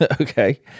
okay